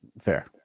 Fair